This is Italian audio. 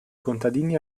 contadini